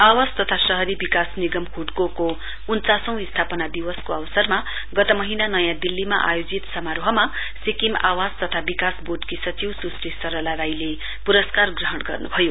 आवास तथा शहरी विकास निगम एचय्रडिसिओ को उन्चासौं स्थापना दिवसको अवसरमा गत महीना नायाँ दिल्लीमा आयोजित समारोहमा सिक्किम आवास तथा विकास बोर्डकी सचिव सुश्री सरला राईले पुरस्कार ग्रहण गर्नु भयो